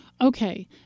Okay